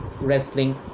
wrestling